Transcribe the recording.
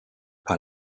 par